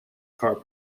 car